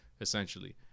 essentially